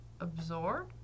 Absorb